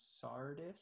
Sardis